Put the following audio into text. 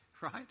right